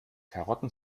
karotten